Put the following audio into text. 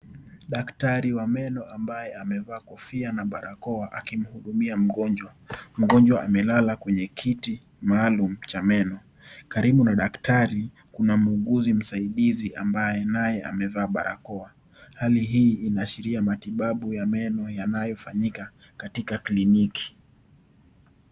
Daktari wa meno ambaye amevaa kofia na barakoa akimhudhumia mgonjwa, mgonjwa amelala kwenye kiti maalum cha meno karibu na daktari kuna mhuuguzi msaidizi ambaye naye amevaa barakoa, hali hii unaashiria matibabu ya meno yanayofanyika katika kliniki.